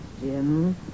Jim